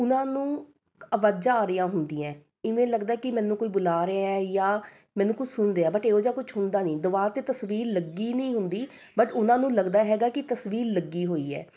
ਉਨ੍ਹਾਂ ਨੂੰ ਅਵਾਜ਼ਾਂ ਆ ਰਹੀਆਂ ਹੁੰਦੀਆਂ ਇਵੇਂ ਲੱਗਦਾ ਕਿ ਮੈਨੂੰ ਕੋਈ ਬੁਲਾ ਰਿਹਾ ਜਾਂ ਮੈਨੂੰ ਕੁਛ ਸੁਣ ਰਿਹਾ ਬਟ ਇਹੋ ਜਿਹਾ ਕੁਛ ਹੁੰਦਾ ਨਹੀਂ ਦੀਵਾਰ 'ਤੇ ਤਸਵੀਰ ਲੱਗੀ ਨਹੀਂ ਹੁੰਦੀ ਬਟ ਉਹਨਾਂ ਨੂੰ ਲੱਗਦਾ ਹੈਗਾ ਕਿ ਤਸਵੀਰ ਲੱਗੀ ਹੋਈ ਹੈ